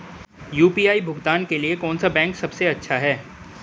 UPI भुगतान के लिए कौन सा बैंक सबसे अच्छा है?